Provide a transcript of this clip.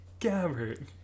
gabbert